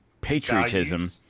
patriotism